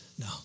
no